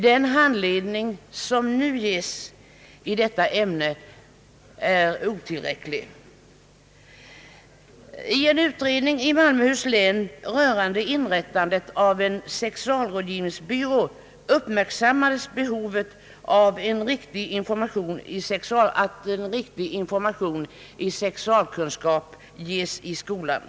Den handledning som nu ges i detta ämne är otillräcklig. I en utredning som gjordes i Malmöhus län rörande inrättandet av en sexualrådgivningsbyrå uppmärksammades behovet av en riktig information i sexu alkunskap i skolan.